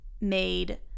made